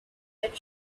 that